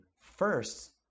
first